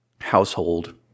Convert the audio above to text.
household